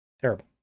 Terrible